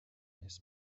his